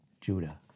Judah